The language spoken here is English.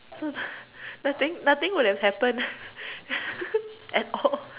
so nothing nothing would have happen at all